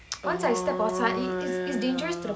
orh ya ya ya